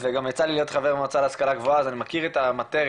וגם יצא לי להיות חבר מועצה להשכלה גבוהה אז אני מכיר את המטריה.